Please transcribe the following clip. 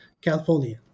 California